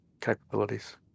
capabilities